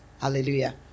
Hallelujah